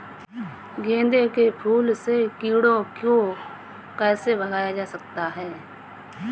गेंदे के फूल से कीड़ों को कैसे भगाया जा सकता है?